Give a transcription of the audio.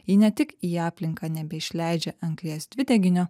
ji ne tik į aplinką nebeišleidžia anglies dvideginio